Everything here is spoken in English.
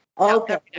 Okay